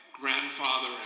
grandfather